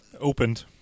Opened